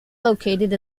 located